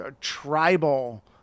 tribal